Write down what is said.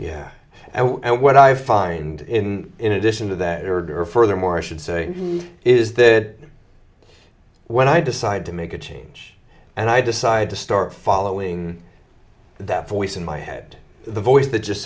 yeah and what i find in in addition to that order furthermore i should say is that when i decided to make a change and i decided to start following that voice in my head the voice that just